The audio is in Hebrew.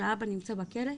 כשהאבא נמצא בכלא,